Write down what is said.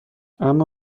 اما